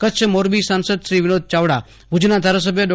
કચ્છ મોરબી સાંસદ શ્રી વિનોદ ચાવડા ભુજના ધારાસભ્ય ડો